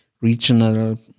regional